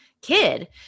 kid